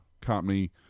company